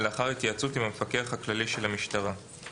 לאחר התייעצות עם המפקח הכללי של המשטרה,";